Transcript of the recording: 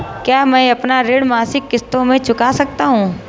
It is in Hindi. क्या मैं अपना ऋण मासिक किश्तों में चुका सकता हूँ?